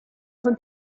con